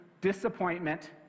disappointment